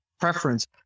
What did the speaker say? preference